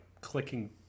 clicking